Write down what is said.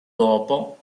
dopo